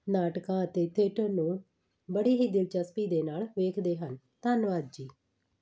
ਨਾਟਕਾਂ ਅਤੇ ਥੀਏਟਰ ਨੂੰ ਬੜੀ ਹੀ ਦਿਲਚਸਪੀ ਦੇ ਨਾਲ ਵੇਖਦੇ ਹਨ ਧੰਨਵਾਦ ਜੀ